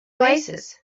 oasis